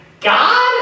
God